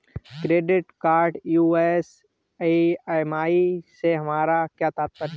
Credit card US EMI से हमारा क्या तात्पर्य है?